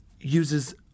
uses